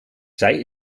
zij